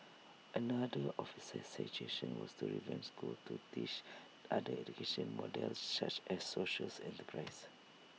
another of his suggestion was to revamp schools to teach other education models such as socials enterprise